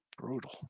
Brutal